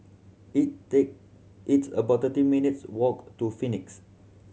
it take it's about thirty minutes walk to Phoenix